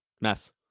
mess